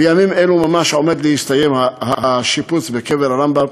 בימים אלו ממש עומד להסתיים השיפוץ בקבר הרמב"ם.